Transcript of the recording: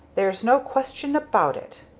there's no question about it.